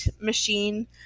machine